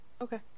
Okay